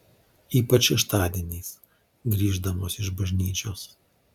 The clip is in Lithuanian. ypač šeštadieniais grįždamos iš bažnyčios